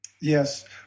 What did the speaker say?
Yes